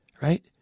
right